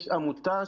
יש עמותה,